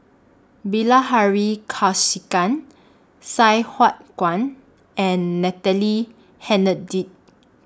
Bilahari Kausikan Sai Hua Kuan and Natalie Hennedige